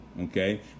okay